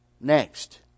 Next